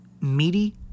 meaty